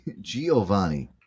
Giovanni